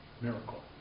Miracle